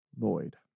Lloyd